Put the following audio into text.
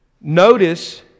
Notice